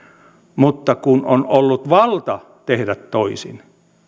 mutta kun on ollut valta tehdä toisin